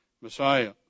Messiah